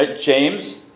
James